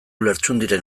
lertxundiren